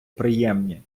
приємні